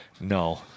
No